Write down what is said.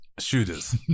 shooters